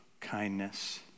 kindness